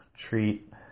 Treat